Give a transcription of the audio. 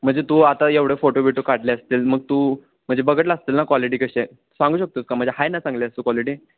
म्हणजे तू आता एवढे फोटो बिटो काढले असतील मग तू म्हणजे बघितला असशील ना क्वालिटी कशी आहे सांगू शकतोस का म्हणजे आहे ना चांगली असं क्वालिटी